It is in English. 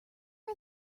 are